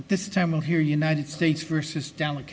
at this time of year united states versus down the